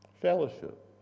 Fellowship